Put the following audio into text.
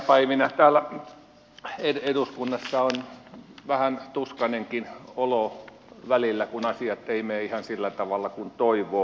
nyt näinä päivinä täällä eduskunnassa on vähän tuskainenkin olo välillä kun asiat eivät mene ihan sillä tavalla kuin toivoo